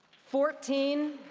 fourteen